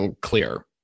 clear